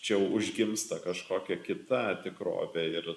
čia užgimsta kažkokia kita tikrovė ir